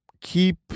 keep